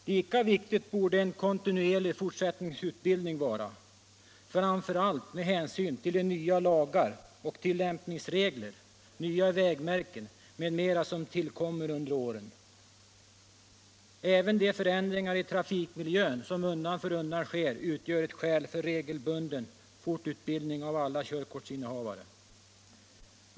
Lika viktig borde en kontinuerlig fortsättningsutbildning vara, framför allt med hänsyn till de nya lagar och tillämpningsregler, nya vägmärken m.m. som tillkommer under åren. Även de förändringar i trafikmiljön, som undan för undan sker, utgör ett skäl för regelbunden fortbildning av alla körkortsinnehavare.